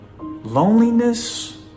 loneliness